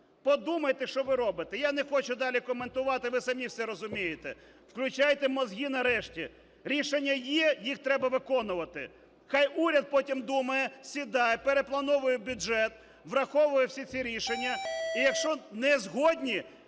Подумайте, що ви робите. Я не хочу далі коментувати, ви самі все розумієте, включайте мозги нарешті. Рішення є, їх треба виконувати. Хай уряд потім думає, сідає, переплановує бюджет, враховує всі ці рішення. І якщо не згодні